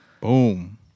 Boom